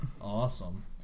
Awesome